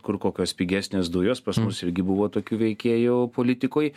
kur kokios pigesnės dujos pas mus irgi buvo tokių veikėjų politikoj